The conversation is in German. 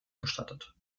gestattet